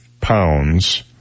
pounds